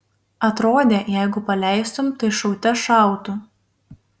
atrodė jeigu paleistum tai šaute šautų